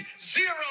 zero